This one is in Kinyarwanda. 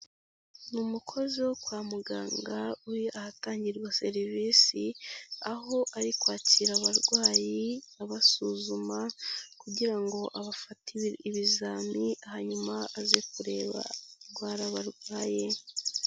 Ni umukozi wo kwa muganga uri ahatangirwa serivisi, aho ari kwakira abarwayi, abasuzuma kugira ngo abafate ibizami hanyuma aze kureba indwara barwaye.